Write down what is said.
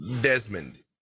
Desmond